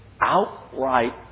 Outright